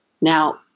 Now